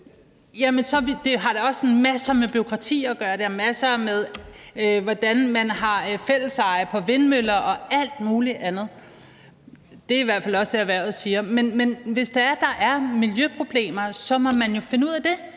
det har da også masser med bureaukrati at gøre. Det har masser med, hvordan man har fælleseje på vindmøller, og alt muligt andet at gøre. Det er i hvert fald også det, erhvervet siger. Hvis det er, der er miljøproblemer, må man jo finde ud af det.